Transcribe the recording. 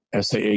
SAA